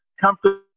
comfortable